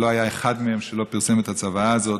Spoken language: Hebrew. שלא היה אחד מהם שלא פרסם את הצוואה הזאת,